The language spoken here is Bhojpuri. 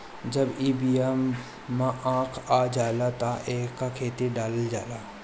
जब ई बिया में आँख आ जाला तब एके खेते में डालल जाला